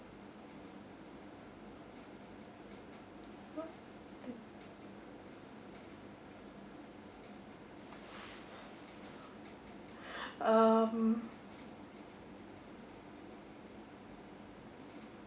um